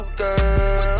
girl